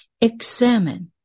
Examine